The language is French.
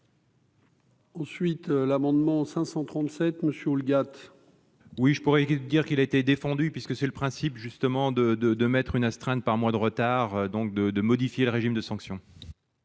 Ensuite, l'amendement 537 monsieur Houlgate. Oui, je pourrais dire qu'il a été défendu puisque c'est le principe justement de, de, de mettre une astreinte par mois de retard donc de de modifier le régime de sanctions.